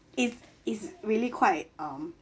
is is really quite um